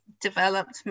developed